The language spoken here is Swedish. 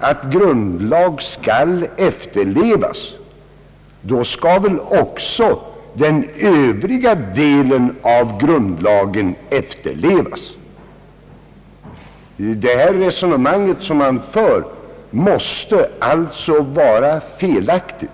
att grundlag skall efterlevas, då skall också den övriga delen av grundlagen efterlevas. Det resonemang som man för måste alltså vara felaktigt.